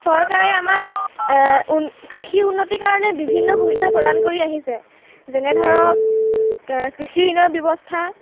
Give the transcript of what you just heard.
চৰকাৰে আমাক উন কৃষিৰ উন্নতিৰ কাৰণে বিভিন্ন সুবিধা প্ৰদান কৰি আহিছে যেনে ধৰক কৃষি ঋণৰ ব্যৱস্থা